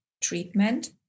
treatment